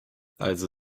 also